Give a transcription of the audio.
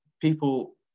people